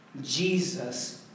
Jesus